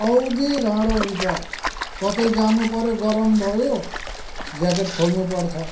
औधी घाँडो हुन्छ कतै जानु पऱ्यो गरम भयो ज्याकेट खोल्नु पर्छ